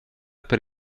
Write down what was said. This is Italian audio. per